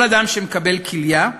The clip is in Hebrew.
כל אדם שמקבל כליה,